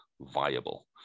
viable